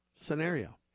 scenario